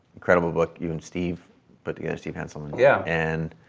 incredible book you and steve put together, steve hanselman, yeah and